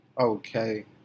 Okay